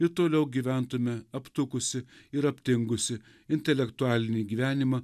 ir toliau gyventume aptukusį ir aptingusį intelektualinį gyvenimą